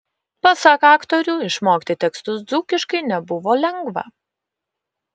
pasak aktorių išmokti tekstus dzūkiškai nebuvo lengva